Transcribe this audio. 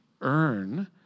earn